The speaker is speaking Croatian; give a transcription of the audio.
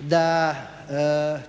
da